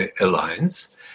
alliance